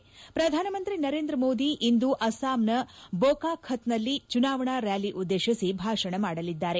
ಶ್ರಧಾನಮಂತ್ರಿ ನರೇಂದ್ರ ಮೋದಿ ಇಂದು ಅಸ್ವಾಂನ ಬೊಕಾಖತ್ನಲ್ಲಿ ಚುನಾವಣಾ ರ್ನಾಲಿ ಉದ್ದೇಶಿಸಿ ಭಾಷಣ ಮಾಡಲಿದ್ದಾರೆ